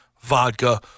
vodka